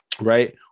right